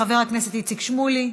חבר הכנסת איציק שמולי?